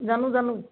জানো জানো